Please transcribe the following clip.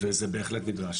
וזה בהחלט נדרש,